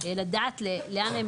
ולדעת לאן,